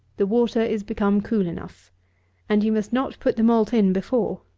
the water is become cool enough and you must not put the malt in before.